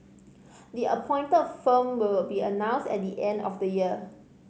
the appointed firm will be announced at the end of the year